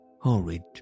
horrid